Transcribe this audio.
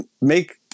make